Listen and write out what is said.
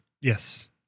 Yes